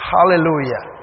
Hallelujah